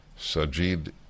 Sajid